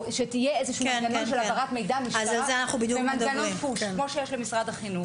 שיהיה מנגנון של העברת מידע מהמשטרה ומנגנון פוש כמו שיש למשרד החינוך.